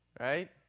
Right